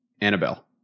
Annabelle